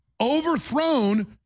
overthrown